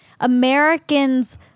americans